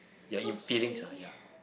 okay